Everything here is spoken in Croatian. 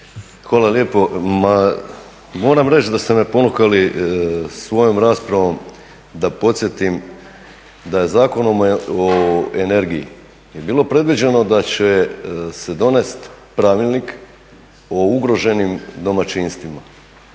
Hvala lijepo. Ma moram reći da ste me ponukali svojom raspravom da je Zakonom o energiji je bilo predviđeno da će se donesti pravilnik o ugroženim domaćinstvima